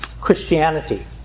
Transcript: Christianity